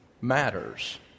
matters